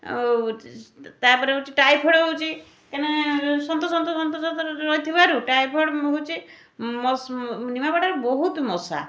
ଆଉ ତା'ପରେ ଟାଇଫଏଡ଼ ହେଉଛି କାହିଁକିନା ସନ୍ତ ସନ୍ତ ସନ୍ତ ସନ୍ତରେ ରହିଥିବାରୁ ଟାଇଫଏଡ଼ ହେଉଛି ମଶା ନିମାପଡ଼ାରେ ବହୁତ ମଶା